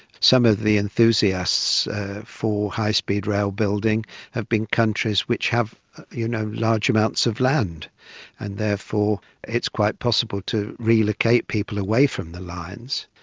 some of the enthusiasts for high speed rail building have been countries which have you know large amounts of land and therefore it's quite possible to relocate people away from the lines.